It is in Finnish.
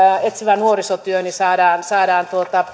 etsivän nuorisotyön saamme saamme